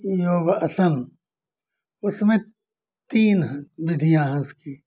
योगासन उसमें तीन विधियाँ हैं उसकी